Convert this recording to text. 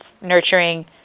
nurturing